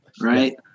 right